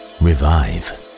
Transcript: revive